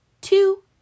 two